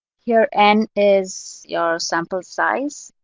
here n is your sample size,